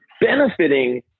benefiting